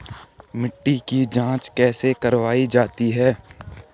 मिट्टी की जाँच कैसे करवायी जाती है?